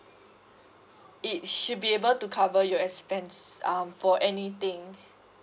it should be able to cover your expense um for anything